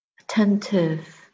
attentive